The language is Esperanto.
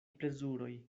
plezuroj